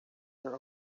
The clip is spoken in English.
their